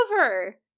over